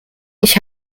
ich